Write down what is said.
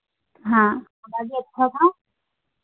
हाँ बाकी अच्छा था